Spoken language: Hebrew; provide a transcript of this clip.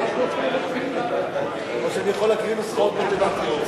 לא כל כך טוב.